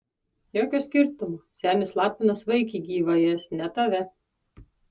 jokio skirtumo senis lapinas vaikį gyvą ės ne tave